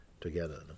together